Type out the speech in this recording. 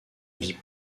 vie